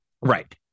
right